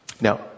Now